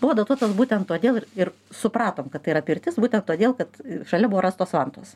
buvo datuotas būtent todėl ir ir supratom kad tai yra pirtis būtent todėl kad šalia buvo rastos vantos